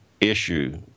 issue